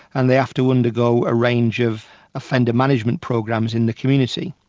and they have to undergo a range of offender management programs in the community.